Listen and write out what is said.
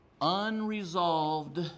Unresolved